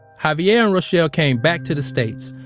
javier and reshell ah came back to the states.